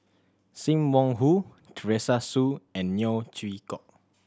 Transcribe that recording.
Sim Wong Hoo Teresa Hsu and Neo Chwee Kok